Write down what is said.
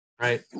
Right